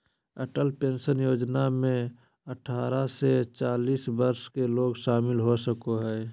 Atal pension योजना में अठारह से चालीस वर्ष के लोग शामिल हो सको हइ